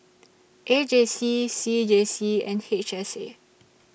A J C C J C and H S A